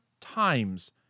times